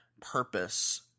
purpose